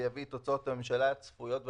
ויביא תוצאות לממשלה הצפויות והמתוכננות.